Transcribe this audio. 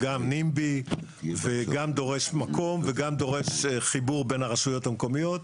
וגם נמב"י וגם דורש מקום וגם דורש חיבור בין הרשויות המקומיות.